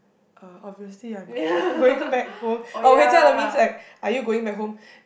uh obviously I'm going back home oh 回家了 means like are you going back home